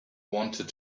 wanted